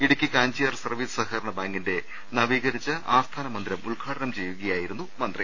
Idukki Kanchiyar service സഹകരണ ബാങ്കിന്റെ നവീകരിച്ച ആസ്ഥാന മന്ദിരം ഉദ്ഘാടനം ചെയ്യുകയായിരുന്നു മന്ത്രി